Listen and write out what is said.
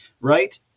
right